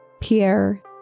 Pierre